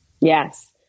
Yes